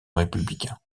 républicains